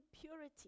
purity